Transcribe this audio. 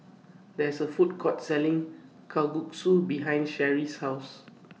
There IS A Food Court Selling Kalguksu behind Sherrie's House